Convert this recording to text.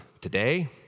Today